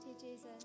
Jesus